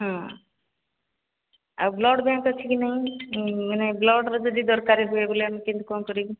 ହଁ ଆଉ blood bank ଅଛି କି ନାହିଁ ମାନେ ବ୍ଲଡ୍ର ଯଦି ଦରକାର ହୁଏ ବ ବୋଇଲେ ଆମେ କେମିତି କ'ଣ କରିବୁ